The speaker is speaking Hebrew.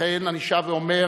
לכן אני שב ואומר,